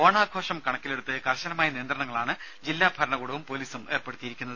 ഓണാഘോഷം കണക്കിലെടുത്ത്കർശനമായ നിയന്ത്രണങ്ങളാണ് ജില്ലാഭരണകൂടവും പൊലീസും ഏർപ്പെടുത്തിയിരിക്കുന്നത്